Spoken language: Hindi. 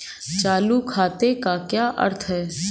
चालू खाते का क्या अर्थ है?